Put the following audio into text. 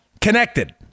connected